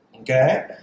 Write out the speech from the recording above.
okay